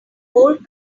whole